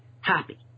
happy